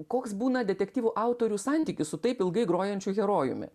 koks būna detektyvų autorių santykis su taip ilgai grojančiu herojumi